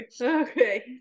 okay